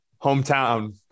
Hometown